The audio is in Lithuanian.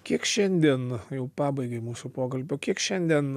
kiek šiandien jau pabaigai mūsų pokalbio kiek šiandien